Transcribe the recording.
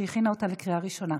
שהכינה אותה לקריאה ראשונה.